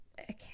okay